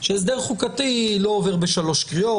שהסדר חוקתי לא עובר ב-3 קריאות,